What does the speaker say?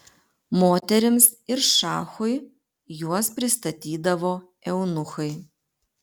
moterims ir šachui juos pristatydavo eunuchai